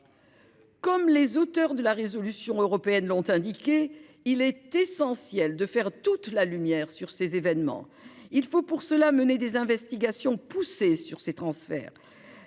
Comme les auteurs de la proposition de résolution européenne l'ont indiqué, il est essentiel de faire toute la lumière sur ces événements. Il faut pour cela mener des investigations poussées sur ces transferts.